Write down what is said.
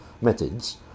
methods